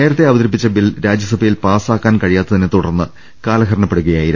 നേരത്തെ അവതരിപ്പിച്ചബിൽ രാജ്യസഭയിൽ പാസ്സാക്കാൻ കഴിയാത്തതിനെത്തുടർന്ന് കാലഹരണപ്പെ ടുകയായിരുന്നു